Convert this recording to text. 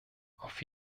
auf